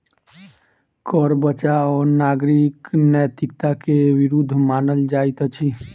कर बचाव नागरिक नैतिकता के विरुद्ध मानल जाइत अछि